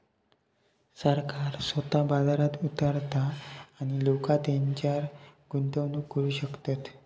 सरकार स्वतः बाजारात उतारता आणि लोका तेच्यारय गुंतवणूक करू शकतत